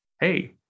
Hey